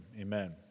Amen